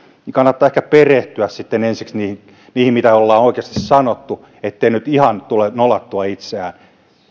niin kannattaa ehkä perehtyä ensiksi mitä ollaan oikeasti sanottu niin ettei nyt ihan tule nolattua itseään